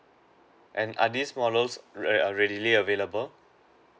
and are these models rea~ are readily available